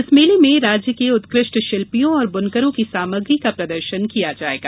इस मेले में राज्य के उत्कृष्ट शिल्पियों और बुनकरों की सामग्री का प्रदर्शन किया जायेगा